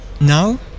now